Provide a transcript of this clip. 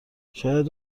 شاید